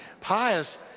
Pious